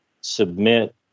submit